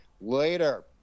Later